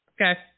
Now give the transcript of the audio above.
Okay